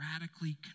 radically